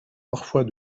parfois